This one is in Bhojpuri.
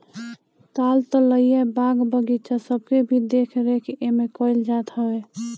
ताल तलैया, बाग बगीचा सबके भी देख रेख एमे कईल जात हवे